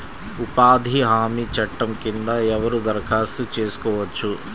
ఉపాధి హామీ చట్టం కింద ఎవరు దరఖాస్తు చేసుకోవచ్చు?